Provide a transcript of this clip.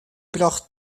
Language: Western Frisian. brocht